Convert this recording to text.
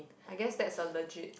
I guess that's a legit